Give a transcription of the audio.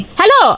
hello